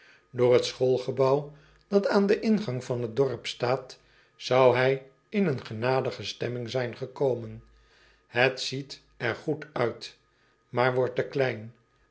oor het schoolgebouw dat aan den ingang van het dorp staat zou hij in een genadige stemming zijn gekomen et ziet er goed uit maar wordt te klein